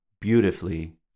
beautifully